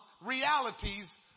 realities